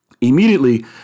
Immediately